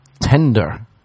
Tender